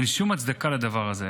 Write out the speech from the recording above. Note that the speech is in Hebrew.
אין שום הצדקה לדבר הזה,